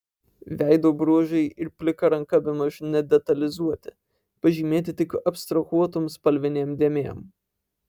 veido bruožai ir plika ranka bemaž nedetalizuoti pažymėti tik abstrahuotom spalvinėm dėmėm